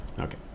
Okay